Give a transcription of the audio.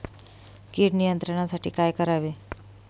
कीड नियंत्रणासाठी काय करावे?